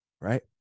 right